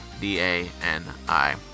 D-A-N-I